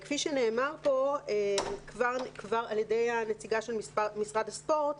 כפי שנאמר פה על ידי הנציגה של משרד הספורט,